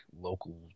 local